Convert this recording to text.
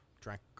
drank